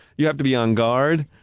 you have to be on guard,